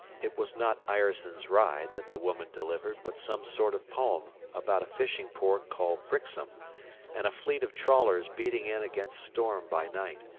it was not ireson's ride that the woman delivered, but some sort of poem about a fishing-port called brixham and a fleet of trawlers beating in against storm by night,